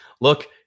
look